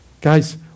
Guys